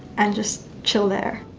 and just chill there.